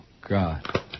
God